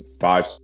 five